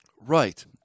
Right